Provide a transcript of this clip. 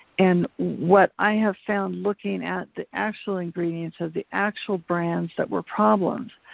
and what i have found looking at the actual ingredients of the actual brands that were problems,